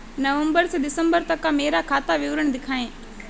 नवंबर से दिसंबर तक का मेरा खाता विवरण दिखाएं?